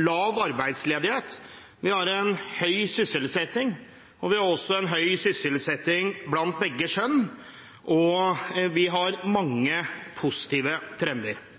lav arbeidsledighet. Vi har høy sysselsetting – blant begge kjønn. Vi har mange positive trender. Samtidig er tallene ikke nødvendigvis helt korrekte når vi sammenligner dem med resten av Europa. Norge har